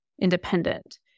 independent